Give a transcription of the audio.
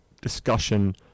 discussion